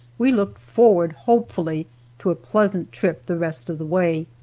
we looked forward hopefully to a pleasant trip the rest of the way.